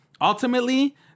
ultimately